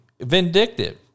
vindictive